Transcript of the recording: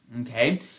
okay